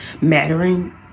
mattering